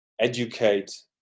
educate